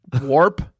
warp